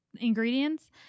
ingredients